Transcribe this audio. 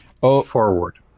forward